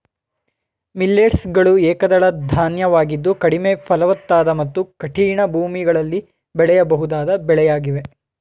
millets ಗಳು ಏಕದಳ ಧಾನ್ಯವಾಗಿದ್ದು ಕಡಿಮೆ ಫಲವತ್ತಾದ ಮತ್ತು ಕಠಿಣ ಭೂಮಿಗಳಲ್ಲಿ ಬೆಳೆಯಬಹುದಾದ ಬೆಳೆಯಾಗಿವೆ